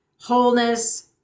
wholeness